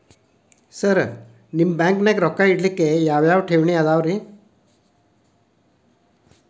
Sir ನಿಮ್ಮ ಬ್ಯಾಂಕನಾಗ ರೊಕ್ಕ ಇಡಲಿಕ್ಕೆ ಯಾವ್ ಯಾವ್ ಠೇವಣಿ ಅವ ರಿ?